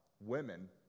women